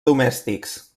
domèstics